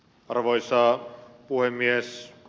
arvoisa puhemies